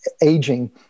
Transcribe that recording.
aging